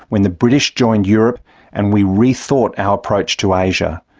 when the british joined europe and we rethought our approach to asia,